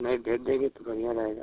नहीं भेज देंगे तो बढ़िया रहेगा